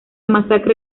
masacre